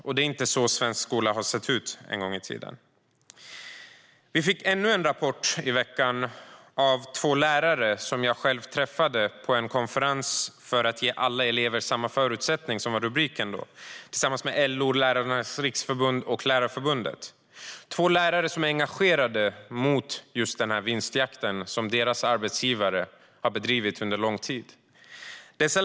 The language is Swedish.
Och svensk skola har inte alltid sett ut på det här sättet. Vi fick ännu en rapport i veckan, från två lärare som jag själv har träffat på en konferens med LO, Lärarnas Riksförbund och Lärarförbundet om att ge alla elever samma förutsättning. Det var rubriken. De två lärarna är engagerade mot just vinstjakten som deras arbetsgivare har bedrivit under lång tid.